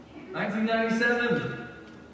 1997